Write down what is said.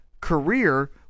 career